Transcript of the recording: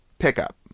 Pickup